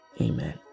amen